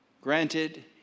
Granted